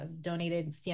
donated